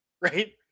right